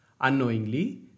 unknowingly